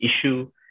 issue